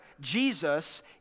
Jesus